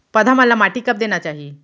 पौधा मन ला माटी कब देना चाही?